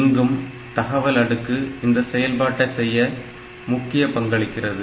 இங்கும் தகவல் அடுக்கு இந்த செயல்பாட்டை செய்ய முக்கிய பங்களிக்கிறது